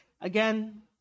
Again